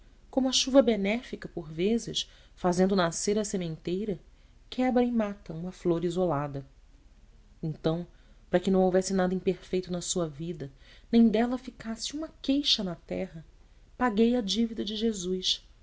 como a chuva benéfica por vezes fazendo nascer a sementeira quebra e mata uma flor isolada então para que não houvesse nada imperfeito na sua vida nem dela ficasse uma queixa na terra paguei a divida de jesus